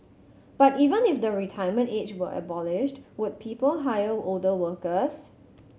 but even if the retirement age were abolished would people hire older workers